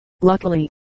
Luckily